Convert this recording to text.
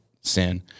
sin